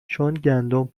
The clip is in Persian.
گندم